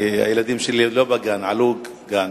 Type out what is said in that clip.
הילדים שלי כבר לא בגן, עלו גן,